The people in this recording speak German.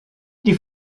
die